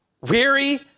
weary